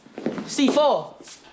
C4